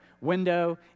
window